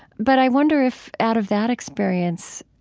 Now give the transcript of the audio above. but i wonder if, out of that experience,